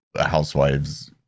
Housewives